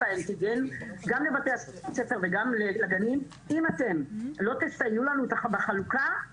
האנטיגן גם לבתי הספר וגם לגנים וכי אם אנחנו לא נסייע להם בחלוקה,